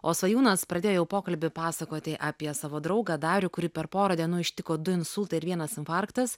o svajūnas pradėjo jau pokalbį pasakoti apie savo draugą darių kurį per porą dienų ištiko du insultai ir vienas infarktas